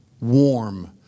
warm